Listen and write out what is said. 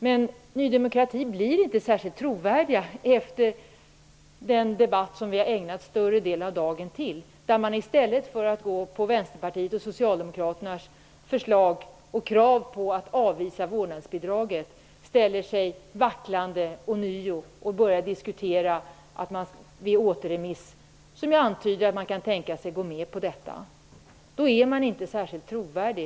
Men Ny demokrati blir inte särskilt trovärdigt, efter den debatt som vi har ägnat större delen av dagen åt, där man i stället för att gå med på Vänsterpartiets och Socialdemokraternas förslag och krav på att avvisa vårdnadsbidraget ånyo ställer sig vacklande och börjar diskutera återremiss, som ju antyder att man kan tänka sig att gå med på detta. Då är man inte särskilt trovärdig,